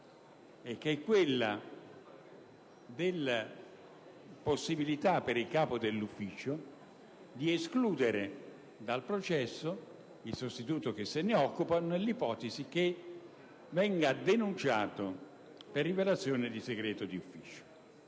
che prevede la possibilità per il capo dell'ufficio di escludere dal processo il sostituto che se ne occupa nell'ipotesi in cui venga denunciato per rivelazione del segreto d'ufficio.